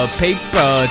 paper